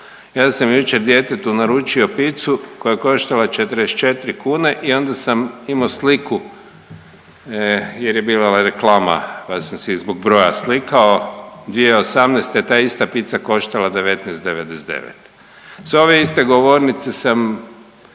Ja sam jučer djetetu naručio pizzu koja je koštala 44 kn i onda sam imao sliku jer je bila ova reklama, pa sam si i zbog broja slikao, 2018. je ta ista pizza koštala 19,99. S ove iste govornice sam